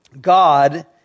God